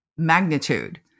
magnitude